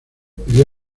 pidió